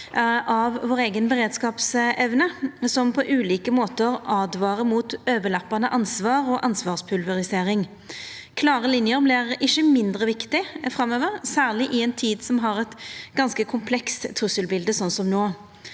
av beredskapsevna vår, som på ulike måtar åtvarar mot overlappande ansvar og ansvarspulverisering. Klare linjer vert ikkje mindre viktige framover, særleg ikkje i ei tid som har eit ganske komplekst trusselbilde, som no.